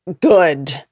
good